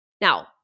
Now